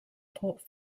port